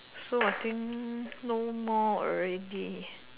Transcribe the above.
so I think no more already